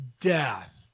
death